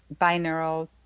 binaural